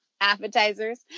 appetizers